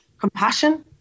compassion